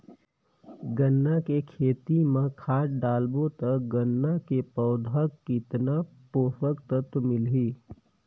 गन्ना के खेती मां खाद डालबो ता गन्ना के पौधा कितन पोषक तत्व मिलही?